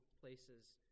places